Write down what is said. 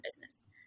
business